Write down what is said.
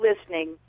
listening